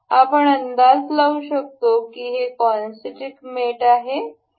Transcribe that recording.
आपण अंदाज लावू शकतो की हे काँसीइंट्रिक् मेट आहे